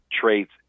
traits